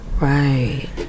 Right